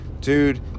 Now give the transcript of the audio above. Dude